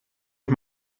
ich